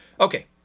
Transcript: Okay